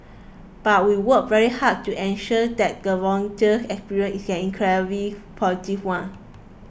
but we work very hard to ensure that the volunteer experience is an incredibly positive one